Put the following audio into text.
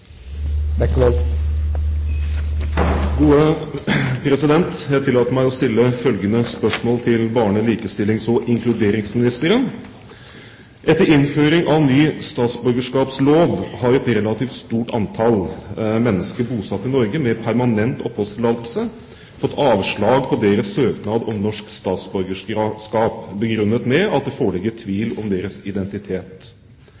inkluderingsministeren: «Etter innføring av ny statsborgerskapslov har et relativt stort antall mennesker bosatt i Norge, med permanent oppholdstillatelse, fått avslag på sin søknad om norsk statsborgerskap, begrunnet med at det foreligger